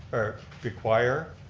or require,